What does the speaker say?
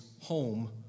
home